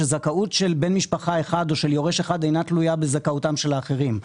שזכאות של בן משפחה אחד או של יורש אחד אינה תלויה בזכאותם של האחרים.